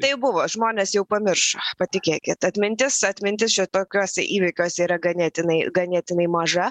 tai buvo žmonės jau pamiršo patikėkit atmintis atmintis čia tokiuose įvykiuose yra ganėtinai ganėtinai maža